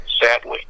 sadly